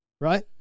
Right